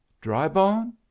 Drybone